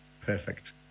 perfect